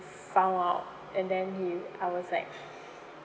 found out and then he I was like